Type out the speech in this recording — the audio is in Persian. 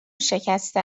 شکسته